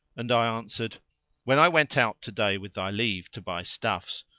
and i answered when i went out to day with thy leave to buy stuffs,